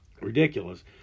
ridiculous